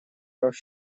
прав